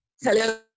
Hello